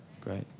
Great